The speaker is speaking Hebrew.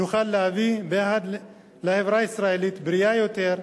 נוכל להביא יחד לחברה ישראלית בריאה יותר,